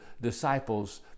disciples